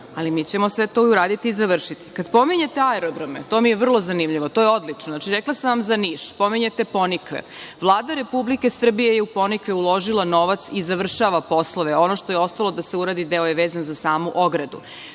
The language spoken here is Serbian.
Ali, mi ćemo sve to uraditi i završiti. Kad pominjete aerodrome, to mi je vrlo zanimljivo, to je odlično. Rekla sam vam za Niš. Pominjete Ponikve. Vlada Republike Srbije je u Ponikve uložila novac i završava poslove, ono što je ostalo da se uradi, deo je vezan za samu ogradu.